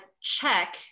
check